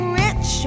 rich